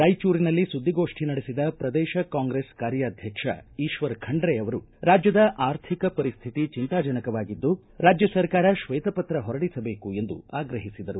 ರಾಯಚೂರಿನಲ್ಲಿ ಸುದ್ದಿಗೋಷ್ಠಿ ನಡೆಸಿದ ಪ್ರದೇಶ ಕಾಂಗ್ರೆಸ್ ಕಾರ್ಯಾಧ್ಯಕ್ಷ ಈಶ್ವರ ಖಂಡ್ರೆ ಅವರು ರಾಜ್ಯದ ಅರ್ಥಿಕ ಪರಿಸ್ಪಿತಿ ಚೆಂತಾಜನಕವಾಗಿದ್ದು ರಾಜ್ಯ ಸರ್ಕಾರ ಶ್ವೇತ ಪತ್ರ ಹೊರಡಿಸಬೇಕು ಎಂದು ಆಗ್ರಹಿಸಿದರು